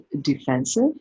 defensive